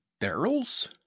Barrels